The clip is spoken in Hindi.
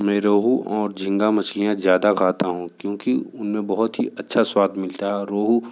मैं रोहू और झींगा मछलियाँ ज़्यादा खाता हूँ क्योंकि उनमें बहुत ही अच्छा स्वाद मिलता है और रोहू